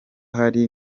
hari